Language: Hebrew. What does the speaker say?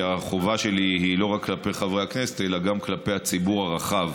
כי החובה שלי היא לא רק כלפי חברי הכנסת אלא גם כלפי הציבור הרחב.